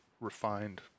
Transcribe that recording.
refined